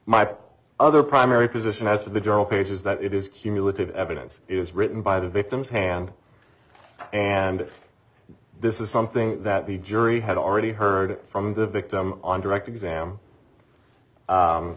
my other primary position as of the general page is that it is cumulative evidence is written by the victim's hand and this is something that the jury had already heard from the victim on direct exam